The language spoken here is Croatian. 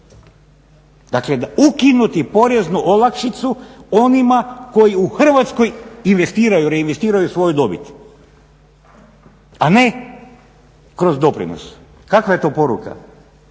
Dakle, ukinuti poreznu olakšicu onima koji u Hrvatskoj investiraju, reinvestiraju svoju dobit, a ne kroz doprinos. Kakva je to poruka?